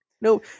No